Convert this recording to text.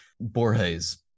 Borges